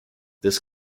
this